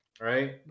right